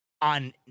on